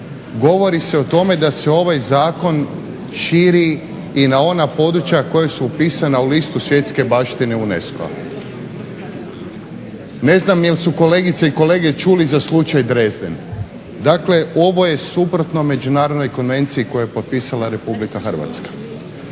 govori se o tome da se ovaj zakon širi i na ona područja koja su upisana u listu svjetske baštine UNESCO. Ne znam jel su kolegice i kolege čuli za slučaj Dresdren? Dakle, ovo je suprotno međunarodnoj konvenciji koju je potpisala Republika Hrvatska.